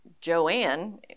Joanne